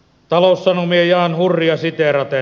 taloussanomien jan hurria siteeraten